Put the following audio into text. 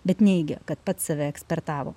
bet neigia kad pats save ekspertavo